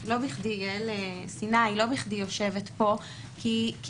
לא בכדי יעל סיני יושבת פה אתנו,